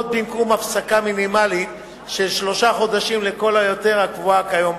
במקום הפסקה של שלושה חודשים לכל היותר הקבועה בחוק כיום.